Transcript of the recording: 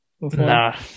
Nah